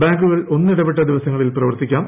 ബാങ്കുകൾ ഒന്നിടവിട്ട ദിവസങ്ങളിൽ പ്രവർത്തിപ്പിക്കാം